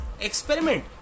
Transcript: Experiment